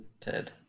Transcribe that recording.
Ted